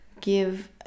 give